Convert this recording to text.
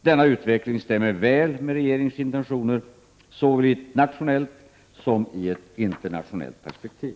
Denna utveckling stämmer väl med regeringens intentioner, såväl i ett nationellt som i ett internationellt perspektiv.